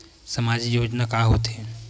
सामाजिक योजना का होथे?